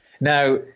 Now